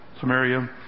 Samaria